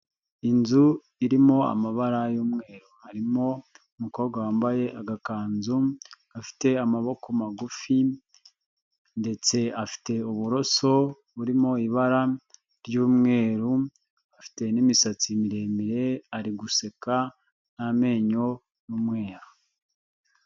Inzu irimo amabara y'umweru harimo umukobwa wambaye agakanzu gafite amaboko magufi ndetse afite uburoso burimo ibara ry'umweru, afite n'imisatsi miremire, ari guseka, n'amenyo y'umweru.